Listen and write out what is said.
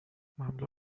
مملو